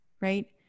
right